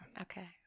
Okay